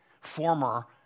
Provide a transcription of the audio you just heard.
former